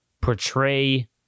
portray